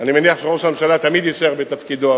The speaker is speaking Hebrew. אני מניח שראש הממשלה תמיד יישאר בתפקידו,